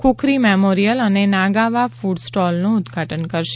Khukri memorial અને નાગાવા ફડસ્ટોલનું ઉદઘાટન કરશે